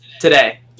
Today